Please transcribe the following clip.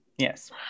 Yes